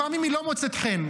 לפעמים היא לא מוצאת חן.